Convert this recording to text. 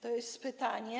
To jest pytanie.